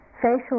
facial